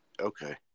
Okay